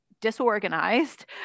disorganized